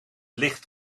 ligt